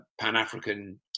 pan-african